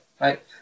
right